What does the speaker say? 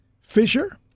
Fisher